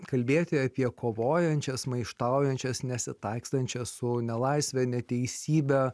kalbėti apie kovojančias maištaujančias nesitaikstančias su nelaisve neteisybe